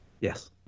yes